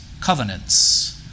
covenants